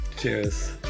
Cheers